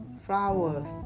flowers